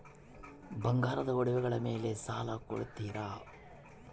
ಬಂಗಾರದ ಒಡವೆಗಳ ಮೇಲೆ ಸಾಲ ಕೊಡುತ್ತೇರಾ?